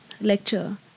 lecture